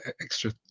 extra